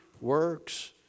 works